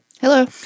Hello